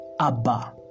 Abba